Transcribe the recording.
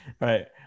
right